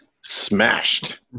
smashed